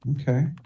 Okay